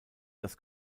das